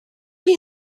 chi